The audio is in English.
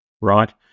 right